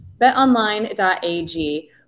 BetOnline.ag